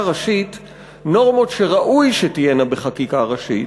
ראשית נורמות שראוי שתהיינה בחקיקה ראשית,